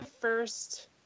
first